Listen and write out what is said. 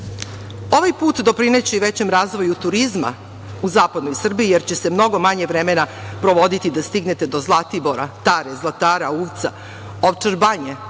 put doprineće i većem razvoju turizma u zapadnoj Srbiji, jer će se mnogo manje vremena provoditi da stignete do Zlatibora, Tare, Zlatara, Uvca, Ovčar Banje,